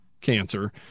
cancer